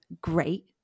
great